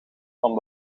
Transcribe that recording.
van